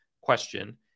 question